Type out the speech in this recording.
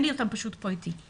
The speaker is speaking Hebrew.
אין לי אותם איתי כרגע.